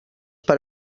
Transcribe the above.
per